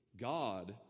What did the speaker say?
God